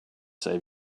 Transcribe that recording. save